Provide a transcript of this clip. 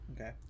Okay